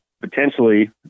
potentially